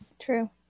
True